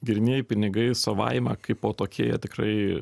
grynieji pinigai savaime kaipo tokie jie tikrai